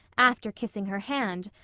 after kissing her hand,